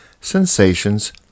Sensations